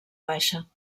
baixa